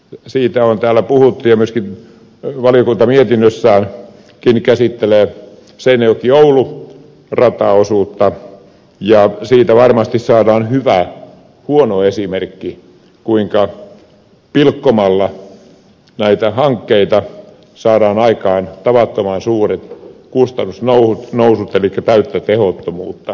liikenneverkkoinvestoinneista on täällä puhuttu ja myöskin valiokunta mietinnössään käsittelee seinäjokioulu rataosuutta ja siitä varmasti saadaan hyvä huono esimerkki kuinka pilkkomalla näitä hankkeita saadaan aikaan tavattoman suuret kustannusnousut elikkä täyttä tehottomuutta